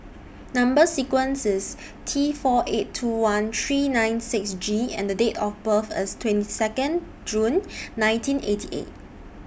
Number sequence IS T four eight two one three nine six G and Date of birth IS twenty Second June nineteen eighty eight